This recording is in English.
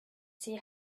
see